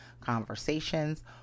conversations